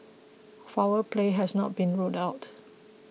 foul play has not been ruled out